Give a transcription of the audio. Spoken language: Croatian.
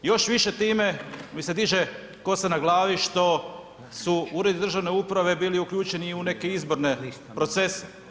Još više time mi se diže kosa na glavi što su u urede državne uprave bili uključeni u neke izborne procese.